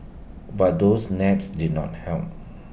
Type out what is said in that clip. but those naps did not help